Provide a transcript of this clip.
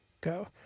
go